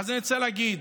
אני רוצה להגיד: